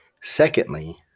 Secondly